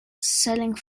selling